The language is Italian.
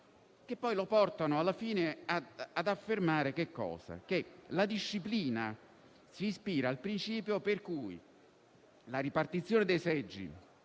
che poi lo portano, alla fine, ad affermare che la disciplina «si ispira al principio per cui la ripartizione dei seggi